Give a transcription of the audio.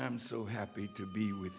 i'm so happy to be with